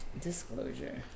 Disclosure